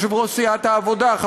יושב-ראש סיעת העבודה,